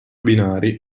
binari